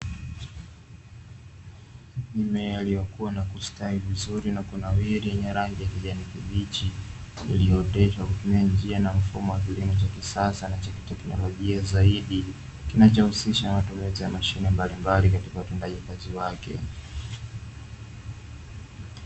Mimea iliyokua na kustawi vizuri na kunawiri yenye rangi ya kijani kibichi, iliyooteshwa kwa kutumia njia na mfumo wa kilimo cha kisasa na cha kiteknolojia zaidi kinachohusisha matumizi ya mashine mbalimbali katika utendaji wa kazi yake.